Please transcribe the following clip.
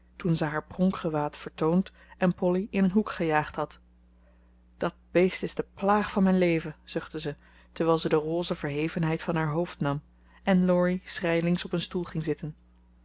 toen ze haar pronkgewaad vertoond en polly in een hoek gejaagd had dat beest is de plaag van mijn leven zuchtte ze terwijl ze de rose verhevenheid van haar hoofd nam en laurie schrijlings op een stoel ging zitten